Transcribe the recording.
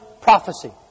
prophecy